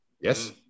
Yes